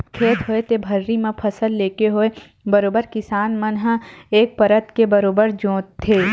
खेत होवय ते भर्री म फसल लेके होवय बरोबर किसान मन ह एक परत के बरोबर जोंतथे